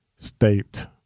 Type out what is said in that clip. state